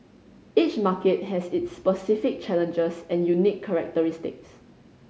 each market has its specific challenges and unique characteristics